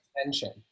attention